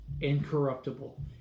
incorruptible